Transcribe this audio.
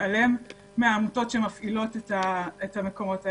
מתעלם מהעמותות שמפעילות את המקומות האלה,